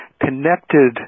connected